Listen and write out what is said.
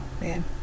man